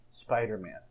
Spider-Man